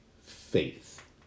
faith